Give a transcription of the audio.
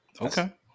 Okay